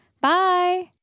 Bye